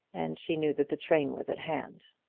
and she knew that the train was at hand.